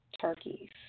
turkeys